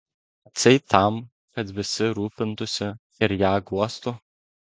atseit tam kad visi rūpintųsi ir ją guostų